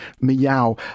meow